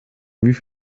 wie